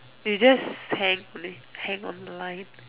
you just hang only hang on the line